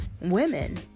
women